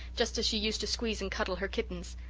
just as she used to squeeze and cuddle her kittens.